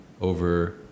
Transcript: Over